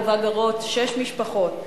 ובה גרות שש משפחות,